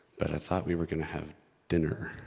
but i thought we were gonna have dinner.